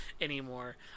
anymore